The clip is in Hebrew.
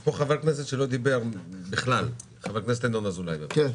פה חבר כנסת שלא דיבר בכלל, ינון אזולאי, בבקשה.